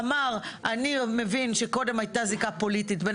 הוא אמר: אני מבין שקודם הייתה זיקה פוליטית בין